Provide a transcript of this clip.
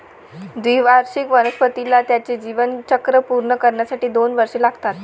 द्विवार्षिक वनस्पतीला त्याचे जीवनचक्र पूर्ण करण्यासाठी दोन वर्षे लागतात